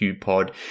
pod